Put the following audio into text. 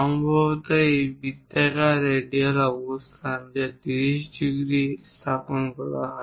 সম্ভবত এই বৃত্তাকার রেডিয়াল অবস্থান যা 30 ডিগ্রী এ স্থাপন করা হয়